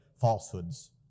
falsehoods